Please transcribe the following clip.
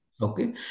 Okay